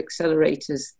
accelerators